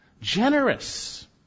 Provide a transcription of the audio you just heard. generous